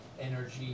energy